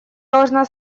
должна